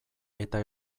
eta